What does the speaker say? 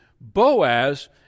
Boaz